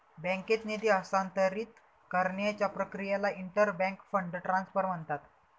बँकेत निधी हस्तांतरित करण्याच्या प्रक्रियेला इंटर बँक फंड ट्रान्सफर म्हणतात